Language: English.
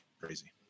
crazy